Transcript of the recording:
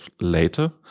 later